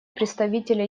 представителя